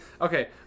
Okay